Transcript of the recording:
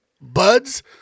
buds